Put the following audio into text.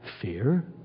Fear